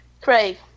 Craig